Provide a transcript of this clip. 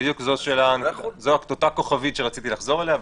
זאת אותה כוכבית שרציתי לחזור אליה,